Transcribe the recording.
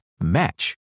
match